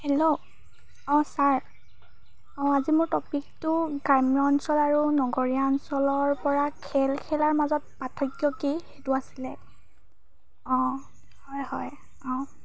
hello অঁ sir অঁ আজি মোৰ টপিকটো গ্ৰাম্য অঞ্চলৰ আৰু নগৰীয়া অঞ্চলৰ পৰা খেল খেলাৰ মাজত পাৰ্থক্য কি সেইটো আছিলে অঁ হয় হয় অঁ